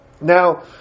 Now